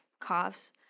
coughs